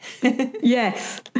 Yes